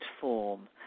form